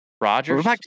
Rogers